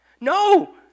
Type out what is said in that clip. No